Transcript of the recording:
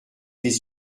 des